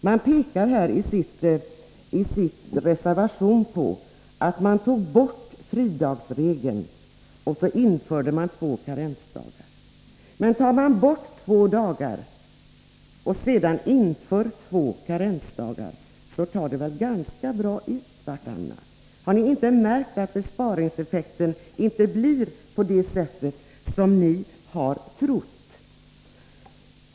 Centern pekar i reservationen på att man tog bort fridagsregeln och införde två karensdagar. Men tar man bort två dagar och inför två karensdagar tar det väl ganska bra ut vartannat! Har ni inte märkt att besparingseffekten inte blir den som ni har trott?